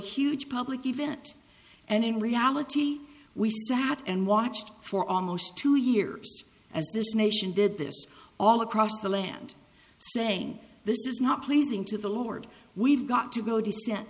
huge public event and in reality we sat and watched for almost two years as this nation did this all across the land saying this is not pleasing to the lord we've got to go to